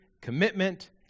commitment